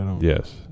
Yes